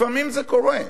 לפעמים זה קורה.